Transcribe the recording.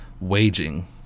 waging